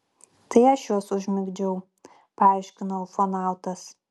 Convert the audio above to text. tai aš juos užmigdžiau paaiškino ufonautas